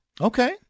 Okay